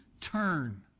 turn